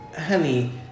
Honey